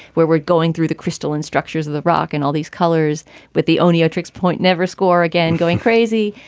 where we're going through the crystal and structures of the rock and all these colors with the only trick's point never score again going crazy.